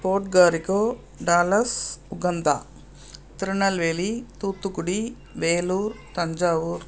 போட்காரி கோ டாலஸ் உகந்தா திருநெல்வேலி தூத்துக்குடி வேலூர் தஞ்சாவூர்